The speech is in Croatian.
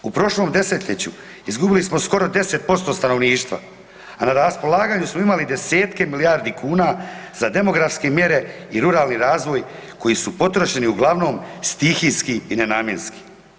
U prošlom desetljeću izgubili smo skoro 10% stanovništva, a na raspolaganju smo imali 10-tke milijardi kuna za demografske mjere i ruralni razvoj koji su potroše i uglavnom stihijski i nenamjenski.